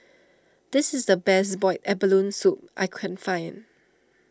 this is the best Boiled Abalone Soup I can find